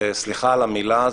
סליחה על המילה,